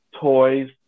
toys